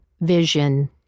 vision